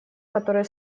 которые